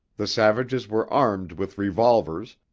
the savages were armed with revolvers,